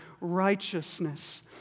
righteousness